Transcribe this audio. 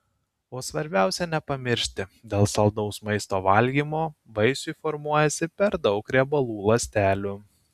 o svarbiausia nepamiršti dėl saldaus maisto valgymo vaisiui formuojasi per daug riebalų ląstelių